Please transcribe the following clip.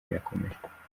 rirakomeje